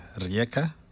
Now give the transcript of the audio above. Rieka